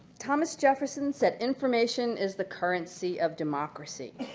thomas jefferson said information is the currency of democracy.